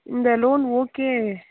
இந்த loan okay